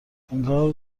انگار